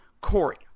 Corey